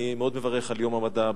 אני מאוד מברך על יום המדע.